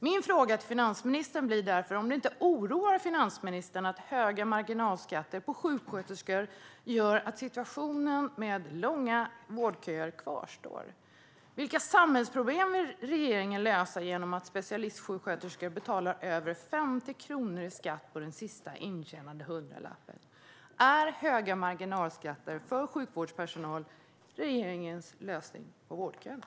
Min fråga till finansministern blir därför om det inte oroar finansministern att höga marginalskatter för sjuksköterskor gör att situationen med långa vårdköer kvarstår? Vilka samhällsproblem vill regeringen lösa genom att specialsjuksköterskor betalar över 50 kronor i skatt på den sista intjänade hundralappen? Är höga marginalskatter för sjukvårdspersonal regeringens lösning på vårdköerna?